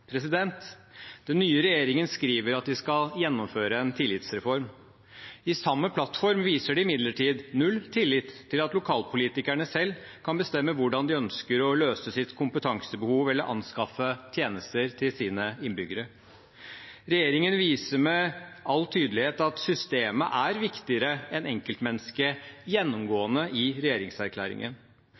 Den nye regjeringen skriver at den skal gjennomføre en tillitsreform. I samme plattform viser den imidlertid null tillit til at lokalpolitikerne selv kan bestemme hvordan de ønsker å løse sitt kompetansebehov eller anskaffe tjenester til sine innbyggere. Regjeringen viser med all tydelighet at systemet er viktigere enn enkeltmennesket – gjennomgående i regjeringserklæringen.